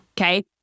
Okay